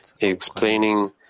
explaining